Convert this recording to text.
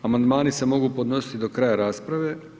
Amandmani se mogu podnositi do kraja rasprave.